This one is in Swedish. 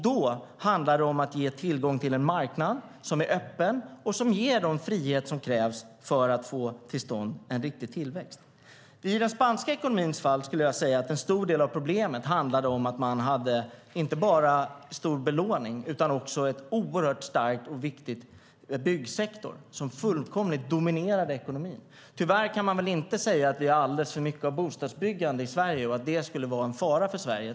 Då handlar det om att ge tillgång till en marknad som är öppen och som ger den frihet som krävs för att få till stånd en riktig tillväxt. I den spanska ekonomins fall skulle jag säga att en stor del av problemet handlade om att man hade inte bara stor belåning utan också en oerhört stark och viktig byggsektor som fullkomligt dominerade ekonomin. Tyvärr kan man väl inte säga att vi har alldeles för mycket bostadsbyggande i Sverige och att det skulle vara en fara för landet.